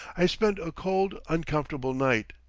i spend a cold, uncomfortable night,